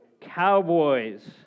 Cowboys